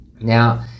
Now